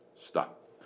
Stop